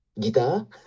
Guitar